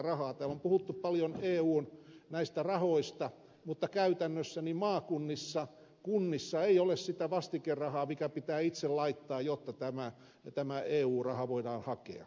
täällä on puhuttu paljon näistä eun rahoista mutta käytännössä maakunnissa ja kunnissa ei ole sitä vastikerahaa mikä pitää itse laittaa jotta tämä eu raha voidaan hakea